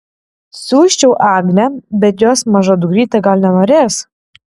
siųsčiau agnę bet jos maža dukrytė gal nenorės